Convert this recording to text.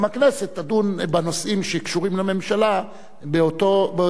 גם הכנסת תדון בנושאים שקשורים לממשלה בזמן